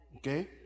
Okay